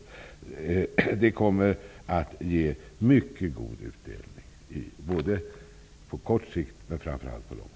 Sådana insatser skulle komma att ge mycket god utdelning -- på kort sikt, men framför allt på lång sikt.